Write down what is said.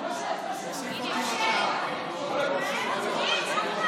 עכשיו 18:53, ויש עוד שהות של שתי דקות